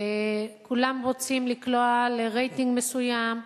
כולם רוצים לקלוע לרייטינג מסוים.